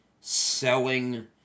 selling